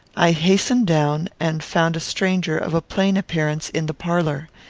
i hastened down, and found a stranger, of a plain appearance, in the parlour.